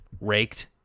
Raked